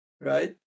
Right